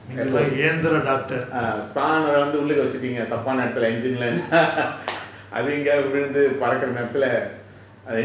ah spanner eh உள்ளுக்கு வச்சிடிங்க தப்பான இடத்துல:ulluku vachitinga thappana idathula engine லன்டா:landa அது எங்கயாவது விழுந்து பறக்குற நேரத்துல:athu engayavathu vilunthu parakura nerathula